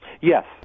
Yes